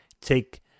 take